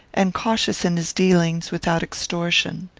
and cautious in his dealings, without extortion.